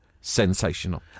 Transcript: sensational